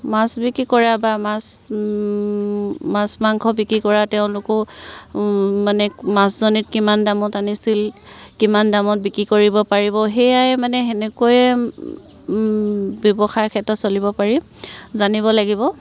মাছ বিক্ৰী কৰা বা মাছ মাছ মাংস বিক্ৰী কৰা তেওঁলোকো মানে মাছজনীত কিমান দামত আনিছিল কিমান দামত বিক্ৰী কৰিব পাৰিব সেয়াই মানে সেনেকৈয়ে ব্যৱসায়ৰ ক্ষেত্ৰত চলিব পাৰি জানিব লাগিব